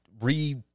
re